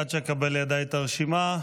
עד שאקבל לידיי את הרשימה,